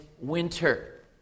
winter